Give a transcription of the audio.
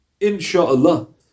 insha'Allah